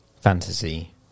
Fantasy